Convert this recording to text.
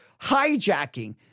hijacking